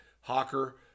Hawker